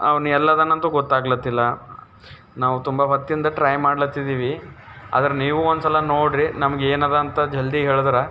ಅವ್ನು ಎಲ್ಲದನಂತ ಗೊತ್ತಾಗ್ಲತ್ತಿಲ್ಲ ನಾವು ತುಂಬ ಹೊತ್ತಿಂದ ಟ್ರೈ ಮಾಡ್ಲತ್ತಿದ್ದೀವಿ ಆದ್ರೆ ನೀವು ಒಂದ್ಸಲ ನೋಡಿರಿ ನಮಗೆ ಏನಿದೆ ಅಂತ ಜಲ್ದಿ ಹೇಳಿದ್ರೆ